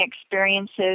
experiences